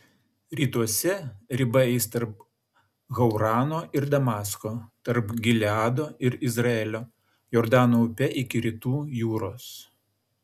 rytuose riba eis tarp haurano ir damasko tarp gileado ir izraelio jordano upe iki rytų jūros